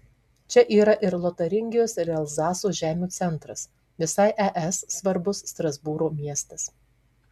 čia yra ir lotaringijos ir elzaso žemių centras visai es svarbus strasbūro miestas